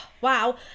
Wow